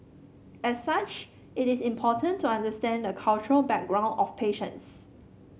as such it is important to understand the cultural background of patients